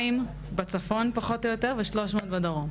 200 בצפון פחות או יותר ו-300 בדרום.